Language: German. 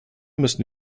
müssen